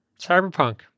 Cyberpunk